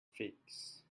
figs